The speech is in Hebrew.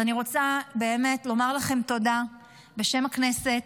ואני רוצה באמת לומר לכם תודה בשם הכנסת,